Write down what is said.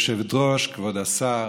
כבוד היושבת-ראש, כבוד השר,